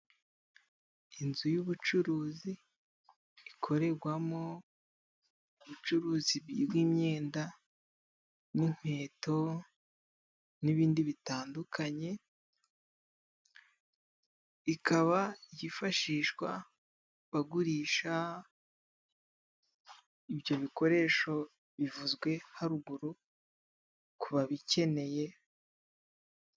Inzu y'ubucuruzi ikorerwamo ubucuruzi bw'imyenda n'inkweto, n'ibindi bitandukanye, ikaba yifashishwa bagurisha ibyo bikoresho bivuzwe haruguru, ku babikeneye.